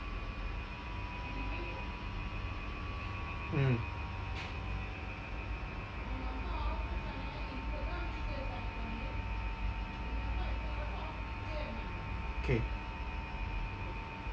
mm K